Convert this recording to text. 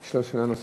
יש לו שאלה נוספת.